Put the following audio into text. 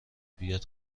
بیاد